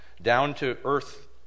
down-to-earth